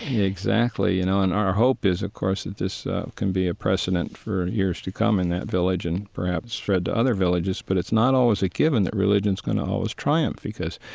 exactly, you know, and our hope is, of course, that this can be a precedent for years to come in that village and perhaps spread to other villages. but it's not always a given that religion's going to always triumph because,